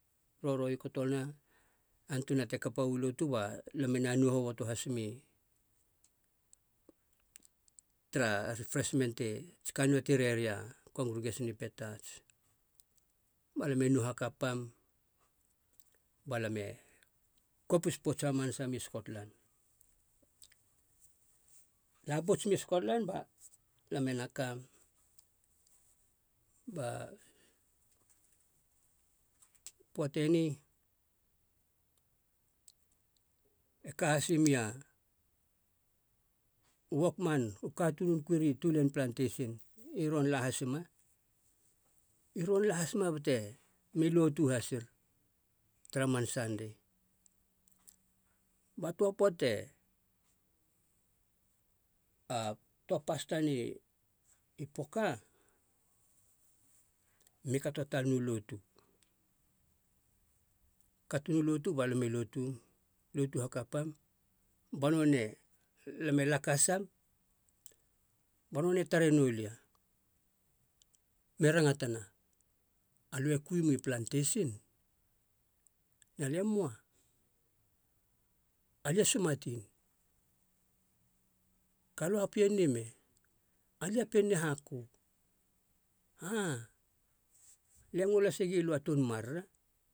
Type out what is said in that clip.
Roroia i kotolana untunana te kapaia u lotu balam e na nou hoboto has mi tara tsi kann nou ti reri a kongrigation i petats. Ba lam e nou hakapam, balam e kopis pouts hamanasa muma i scotlan. La pouts muma i scotlan ba lam ena kaam ba poate ni e ka hasimia u wokman, u katuun kui ri tulein platasion i ron la hasima i ron la hasima bate mi lotu hasir tara man sandei. ba toa poate a toa pasta ni poka mi kato talena u lotu, katena u lotu balam e lotum, lotu hakapan ba nonei alam e lakasam ba nonei tare noulia me rangatana, alo e kui mi platesin?. Na lia, e moa, alia a sumatin, kalo a pien ni me, alia a pien ni haku. Aa, alia e ngo lasegi lo a toun marara,